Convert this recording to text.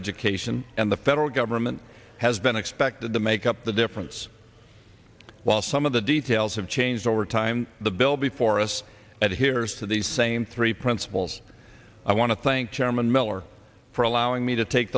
education and the federal government has been expected to make up the difference while some of the details have changed over time the bill before us at here as to the same three principles i want to thank chairman miller for allowing me to take